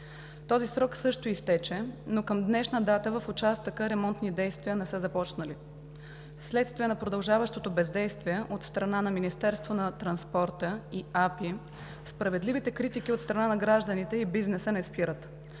Този срок също изтече, но към днешна дата в участъка ремонтни действия не са започнали. Вследствие на продължаващото бездействие от страна на Министерството на транспорта и АПИ справедливите критики от страна на гражданите и бизнеса не спират.